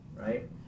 right